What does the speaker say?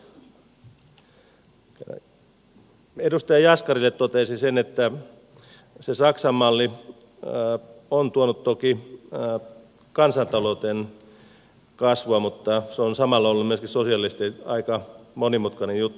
edustaja jaskarille toteaisin että se saksan malli on toki tuonut kansantalouteen kasvua mutta se on samalla myöskin ollut sosiaalisesti aika monimutkainen juttu